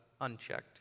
unchecked